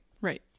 Right